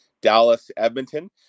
Dallas-Edmonton